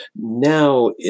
Now